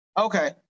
Okay